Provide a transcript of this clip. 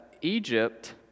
Egypt